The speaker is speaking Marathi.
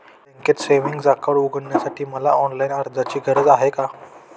बँकेत सेविंग्स अकाउंट उघडण्यासाठी मला ऑनलाईन अर्जाची गरज आहे का?